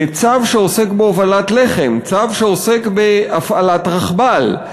צו שעוסק בהובלת לחם, צו שעוסק בהפעלת רכבל,